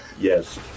yes